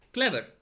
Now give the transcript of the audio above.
Clever